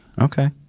Okay